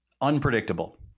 Unpredictable